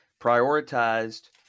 prioritized